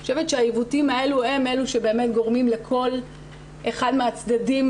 אני חושבת שהעיוותים האלה הם אלה שגורמים לכל אחד מהצדדים